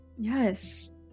yes